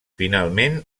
finalment